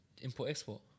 import-export